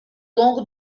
longo